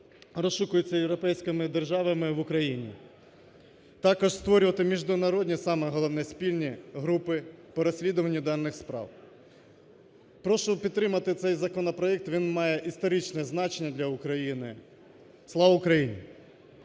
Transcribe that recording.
розшукуються європейськими державами в Україні. Також створювати международні, саме головне, спільні групи по розслідуванню даних справ. Прошу підтримати цей законопроект, він має історичне значення для України. Слава Україні!